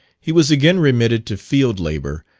he was again remitted to field labour,